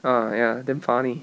ah ya damn funny